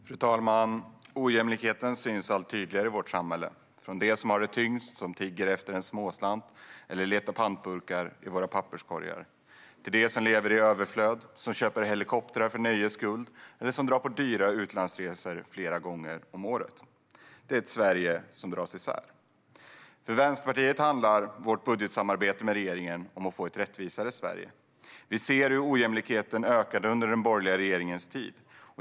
Fru talman! Ojämlikheten syns allt tydligare i vårt samhälle, från dem som har det tyngst och som tigger efter en småslant eller letar pantburkar i våra papperskorgar till dem som lever i överflöd, som köper helikoptrar för nöjes skull eller som drar på dyra utlandsresor flera gånger om året. Det är ett Sverige som dras isär. För Vänsterpartiet handlar vårt budgetsamarbete med regeringen om att få ett rättvisare Sverige. Vi såg hur ojämlikheten ökade under den borgerliga regeringens tid.